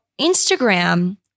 Instagram